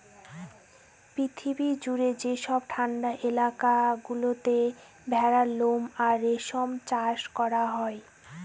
পৃথিবী জুড়ে যেসব ঠান্ডা এলাকা গুলোতে ভেড়ার লোম আর রেশম চাষ করা হয়